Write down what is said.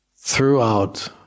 throughout